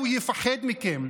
כי הוא יפחד מכם.